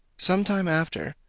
some time after,